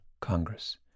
Congress